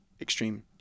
extreme